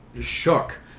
shook